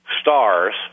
stars